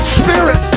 spirit